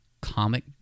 comic